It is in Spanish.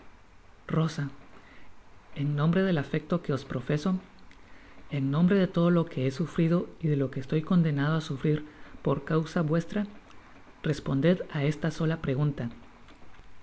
en nombre del afecto que os profeso en nombre de todo lo que he sufrido y de lo que estoy condenado á sufrir por causa vuestra responded á esta sola pregunta